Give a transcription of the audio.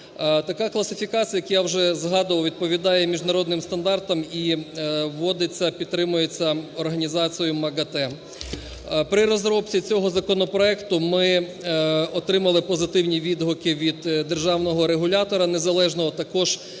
Така класифікація, як я вже згадував, відповідає міжнародним стандартам і вводиться, підтримується організацією МАГАТЕ. При розробці цього законопроекту ми отримали позитивні відгуки від державного регулятора незалежного, також